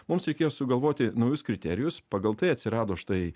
mums reikėjo sugalvoti naujus kriterijus pagal tai atsirado štai